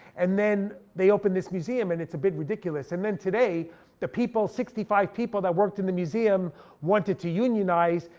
and then they open this museum and it's a bit ridiculous. and then today the people, sixty five people that worked in the museum wanted to unionize.